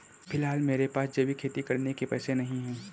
फिलहाल मेरे पास जैविक खेती करने के पैसे नहीं हैं